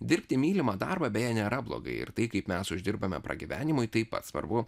dirbti mylimą darbą beje nėra blogai ir tai kaip mes uždirbame pragyvenimui taip pat svarbu